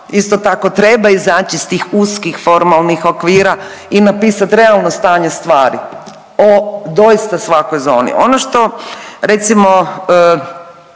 isto tako treba izaći iz tih uskih formalnih okvira i napisati realno stanje stvari o doista svakoj zoni. Ono što recimo